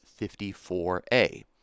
54a